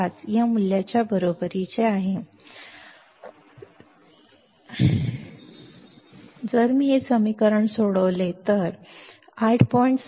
5 या मूल्याच्या बरोबरीचे आहे तर मला येथे हे विशिष्ट समीकरण असेल